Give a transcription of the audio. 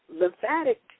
lymphatic